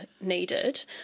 needed